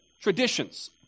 traditions